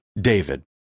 David